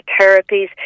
therapies